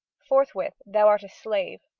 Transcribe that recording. forthwith thou art a slave.